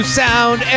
sound